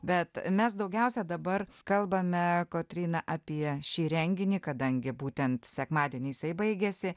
bet mes daugiausia dabar kalbame kotryna apie šį renginį kadangi būtent sekmadienį jisai baigėsi